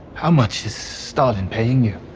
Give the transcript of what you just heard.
how much is stalin paying you?